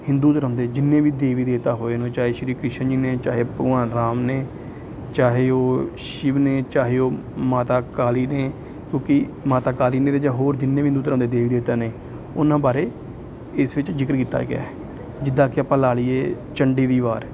ਹਿੰਦੂ ਧਰਮ ਦੇ ਜਿੰਨੇ ਵੀ ਦੇਵੀ ਦੇਵਤਾ ਹੋਏ ਨੇ ਚਾਹੇ ਸ਼੍ਰੀ ਕ੍ਰਿਸ਼ਨ ਜੀ ਨੇ ਚਾਹੇ ਭਗਵਾਨ ਰਾਮ ਨੇ ਚਾਹੇ ਉਹ ਸ਼ਿਵ ਨੇ ਚਾਹੇ ਉਹ ਮਾਤਾ ਕਾਲੀ ਨੇ ਕਿਉਂਕਿ ਮਾਤਾ ਕਾਲੀ ਨੇ ਅਤੇ ਜਾਂ ਹੋਰ ਜਿੰਨੇ ਵੀ ਹਿੰਦੂ ਧਰਮ ਦੇ ਦੇਵੀ ਦੇਵਤਾ ਨੇ ਉਹਨਾਂ ਬਾਰੇ ਇਸ ਵਿੱਚ ਜ਼ਿਕਰ ਕੀਤਾ ਗਿਆ ਹੈ ਜਿੱਦਾਂ ਕਿ ਆਪਾਂ ਲਾ ਲਈਏ ਚੰਡੀ ਦੀ ਵਾਰ